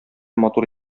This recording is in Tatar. матур